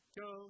go